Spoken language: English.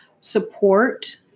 support